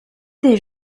des